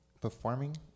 performing